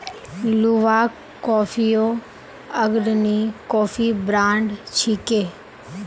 Luwak कॉफियो अग्रणी coffee brand छिके